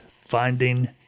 finding